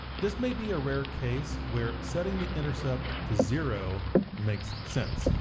this may be a rare case where setting the intercept to zero makes sense.